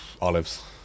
Olives